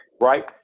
right